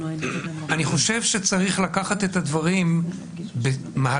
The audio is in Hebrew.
אני חושב שצריך לקחת את הדברים במהלך